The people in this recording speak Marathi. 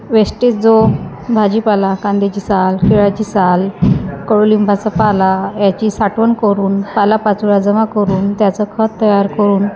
वेस्टेज जो भाजीपाला कांद्याची साल केळाची साल कडूलिंबाचा पाला याची साठवण करून पालापाचोळा जमा करून त्याचं खत तयार करून